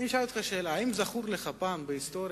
אני אשאל אותך שאלה: האם זכור לך פעם בהיסטוריה